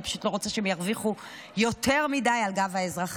אני פשוט לא רוצה שהם ירוויחו יותר מדי על גב האזרחים.